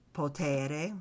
potere